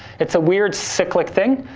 it's a weird cyclic thing,